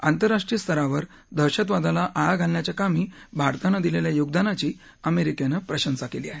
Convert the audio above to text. आंतरराष्ट्रीय स्तरावर दहशतवादाला आळा घालण्याच्या कामी भारतानं दिलेल्या योगदानाची अमेरिकेनं प्रशंसा केली आहे